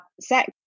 sex